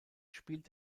spielt